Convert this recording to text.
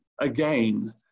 again